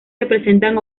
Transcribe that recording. representan